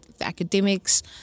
academics